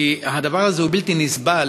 כי הדבר הזה הוא בלתי נסבל.